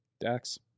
Dax